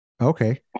Okay